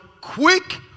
quick